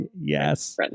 Yes